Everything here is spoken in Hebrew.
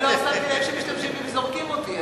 אני לא שמתי לב שמשתמשים בי וזורקים אותי.